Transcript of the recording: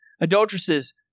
adulteresses